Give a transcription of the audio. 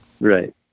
Right